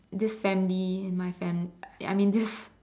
this family my fam I mean this